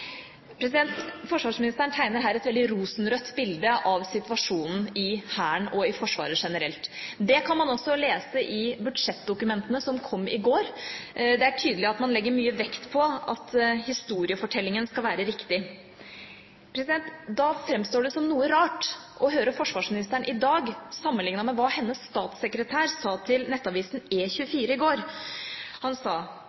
Forsvarsministeren tegner her et veldig rosenrødt bilde av situasjonen i Hæren og i Forsvaret generelt. Det kan man også lese i budsjettdokumentene som kom i går. Det er tydelig at man legger mye vekt på at historiefortellingen skal være riktig. Da framstår det som noe rart å høre forsvarsministeren i dag sammenliknet med hva hennes statssekretær sa til Nettavisen E24 i går. Han sa at det er